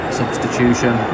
substitution